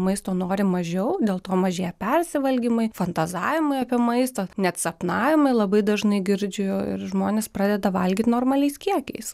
maisto norim mažiau dėl to mažėja persivalgymai fantazavimai apie maistą net sapnavimai labai dažnai girdžiu ir žmonės pradeda valgyt normaliais kiekiais